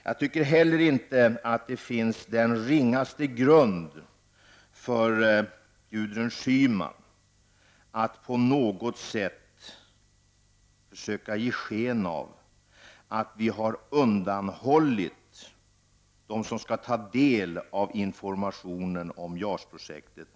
Jag tycker heller inte att det finns den ringaste grund för Gudrun Schyman att på något sätt försöka ge sken av att vi har undanhållit dem som skall ta del av JAS-projektet någon information om detta projekt.